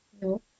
No